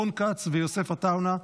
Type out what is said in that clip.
רון כץ ויוסף עטאונה,